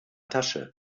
tasche